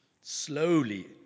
Slowly